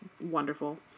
wonderful